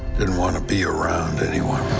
didn't want to be around anyone.